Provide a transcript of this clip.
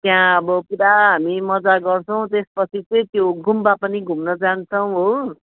त्यहाँ अब पुरा हामी मजा गर्छौँ त्यसपछि फेरि त्यो गुम्बा पनि घुम्न जान्छौँ हो